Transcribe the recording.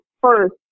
first